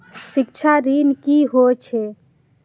शिक्षा ऋण की होय छै?